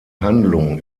handlung